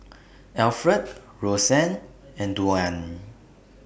Alfred Roseanne and Dwan